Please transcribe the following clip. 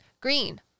Green